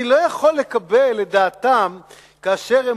אני לא יכול לקבל את דעתם כאשר הם